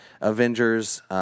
Avengers